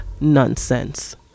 nonsense